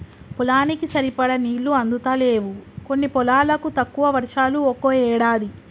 పొలానికి సరిపడా నీళ్లు అందుతలేవు కొన్ని పొలాలకు, తక్కువ వర్షాలు ఒక్కో ఏడాది